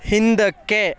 ಹಿಂದಕ್ಕೆ